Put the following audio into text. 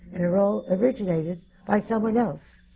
in a role originated by someone else.